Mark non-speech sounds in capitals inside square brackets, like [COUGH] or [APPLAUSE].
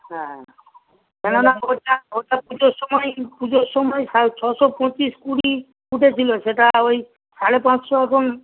হ্যাঁ না না ওটা ওটা পুজোর সময়েই পুজোর সময়ে ছশো পঁচিশ কুড়ি উঠেছিলো সেটা ওই সাড়ে পাঁচশো [UNINTELLIGIBLE]